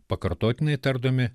pakartotinai tardomi